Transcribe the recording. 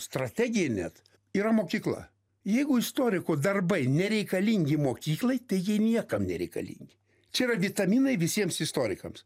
strategija net yra mokykla jeigu istorikų darbai nereikalingi mokyklai tai jie niekam nereikalingi čia yra vitaminai visiems istorikams